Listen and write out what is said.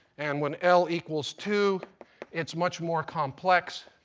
and when l equals two it's much more complex,